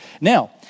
Now